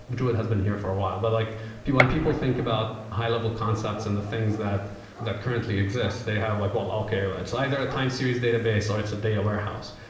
druid has been here for a while, but like when and people think about high-level concepts and the things that that currently exist, they have like, well, okay. like it's either a time series database or it's a data warehouse.